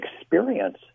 experience